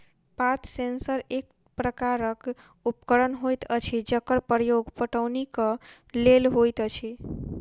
पात सेंसर एक प्रकारक उपकरण होइत अछि जकर प्रयोग पटौनीक लेल होइत अछि